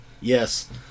Yes